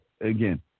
again